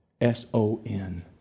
S-O-N